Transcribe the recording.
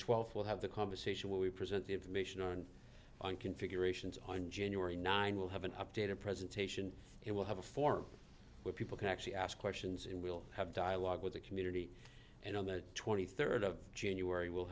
twelfth will have the conversation what we present the information on on configurations on january nine will have an updated presentation it will have a form where people can actually ask questions and we'll have dialogue with the community and on the twenty third of january we'll